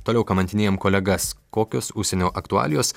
toliau kamantinėjam kolegas kokios užsienio aktualijos